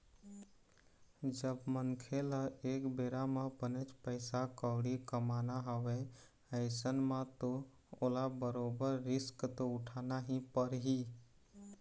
जब मनखे ल एक बेरा म बनेच पइसा कउड़ी कमाना हवय अइसन म तो ओला बरोबर रिस्क तो उठाना ही परही